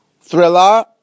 thriller